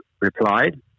replied